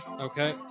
Okay